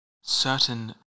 certain